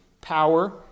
power